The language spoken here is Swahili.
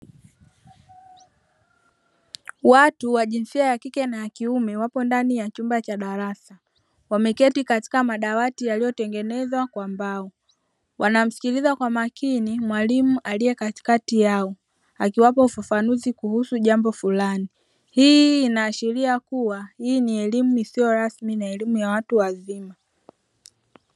Watu wa jinsia ya kike na yakiume wapo ndani ya chumba cha darasa wameketi katika madawati yaliyotengenezwa kwa mbao wanamskiliza kwa makini mwalimu aliye kati kati yao akiwapa ufafanuzi kuhusu jambo fulani hii inaashiria kuwa hii ni elimu isiyo rasmi na elimu ya watu wazima.